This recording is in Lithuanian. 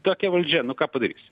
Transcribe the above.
tokia valdžia nu ką padarysi